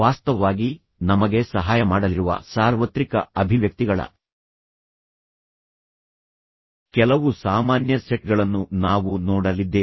ವಾಸ್ತವವಾಗಿ ನಮಗೆ ಸಹಾಯ ಮಾಡಲಿರುವ ಸಾರ್ವತ್ರಿಕ ಅಭಿವ್ಯಕ್ತಿಗಳ ಕೆಲವು ಸಾಮಾನ್ಯ ಸೆಟ್ಗಳನ್ನು ನಾವು ನೋಡಲಿದ್ದೇವೆ